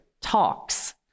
talks